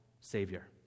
Savior